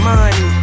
money